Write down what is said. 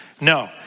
No